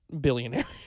billionaire